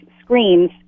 screens